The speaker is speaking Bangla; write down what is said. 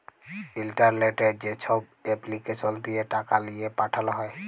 ইলটারলেটে যেছব এপলিকেসল দিঁয়ে টাকা লিঁয়ে পাঠাল হ্যয়